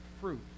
fruit